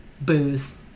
Booze